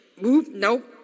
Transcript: nope